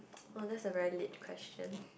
oh that is a very lit question